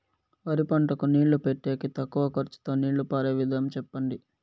వరి పంటకు నీళ్లు పెట్టేకి తక్కువ ఖర్చుతో నీళ్లు పారే విధం చెప్పండి?